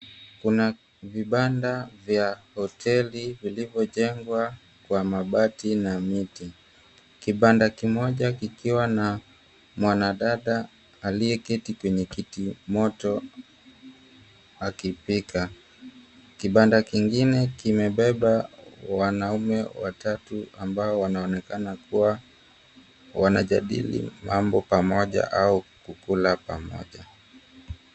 Kuna vibanda vya hoteli vilivyojengwa kwa mabati na miti. Kibanda kimoja kikiwa na mwanadada aliyeketi kwenye kiti moto akipika. Kibanda kikingine kimebeba wanaume watatu ambao wanaoonekana kuwa wanajadili mambo pamoja au kukula pamoja.